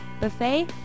buffet